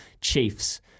Chiefs